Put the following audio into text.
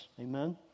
Amen